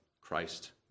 Christ